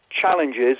challenges